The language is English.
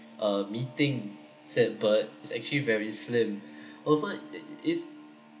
uh meeting said bird is actually very slim also it is